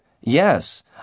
Yes